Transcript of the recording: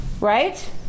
right